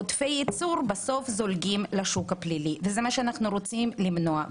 עודפי ייצור בסוף זולגים לשוק הפלילי וזה מה שאנחנו רוצים למנוע.